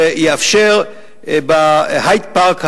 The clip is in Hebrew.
שתאפשר בהייד-פארק המודרני,